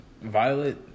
Violet